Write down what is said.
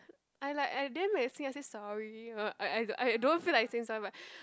I like I didn't I say sorry uh I I I don't feel like saying sorry but